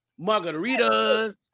margaritas